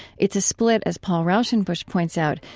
it's a split, as paul raushenbush points out,